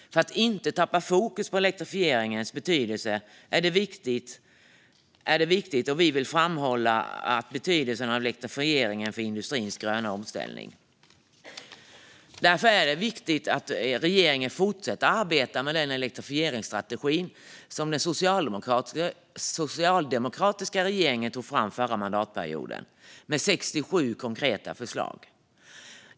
För att inte tappa fokus på elektrifieringens betydelse vill vi framhålla att den är viktig för industrins gröna omställning. Därför är det viktigt att regeringen fortsätter att arbeta med den elektrifieringsstrategi som den socialdemokratiska regeringen tog fram förra mandatperioden med 67 konkreta förslag.